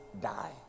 die